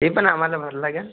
ते पण आम्हाला भरावं लागेल